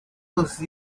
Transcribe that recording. those